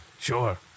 Sure